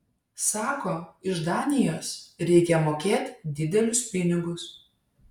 sako iš danijos reikia mokėt didelius pinigus